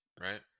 Right